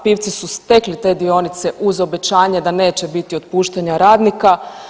Pivci su stekli te dionice uz obećanje da neće biti otpuštanja radnika.